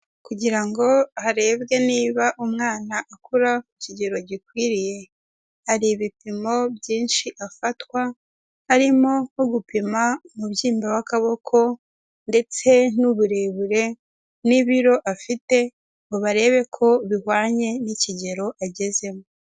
Kugira ngo harebwe niba umwana akura ku kigero gikwiriye, hari ibipimo byinshi afatwa, harimo nko gupima umubyimba w'akaboko ndetse n'uburebure n'ibiro afite ngo barebe ko bihwanye n'ikigero agezemo.